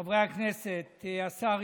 חבר הכנסת משה גפני,